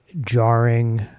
jarring